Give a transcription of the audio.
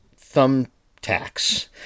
thumbtacks